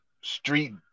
street